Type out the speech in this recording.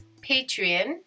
Patreon